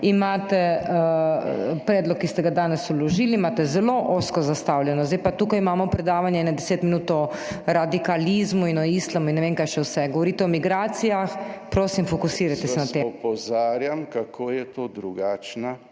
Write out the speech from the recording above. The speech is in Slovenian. imate predlog, ki ste ga danes vložili, imate zelo ozko zastavljeno. zdaj pa tukaj imamo predavanje 10 minut o radikalizmu in o islamu in ne vem kaj še vse. Govorite o migracijah. Prosim, fokusirajte se na to. **Nadaljevanje MAG.